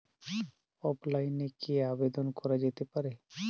অফলাইনে কি আবেদন করা যেতে পারে?